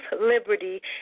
liberty